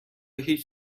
هیچ